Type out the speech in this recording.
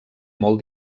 molt